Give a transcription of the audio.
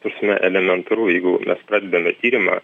ta prasme elementaru jeigu mes pradedame tyrimą